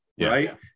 right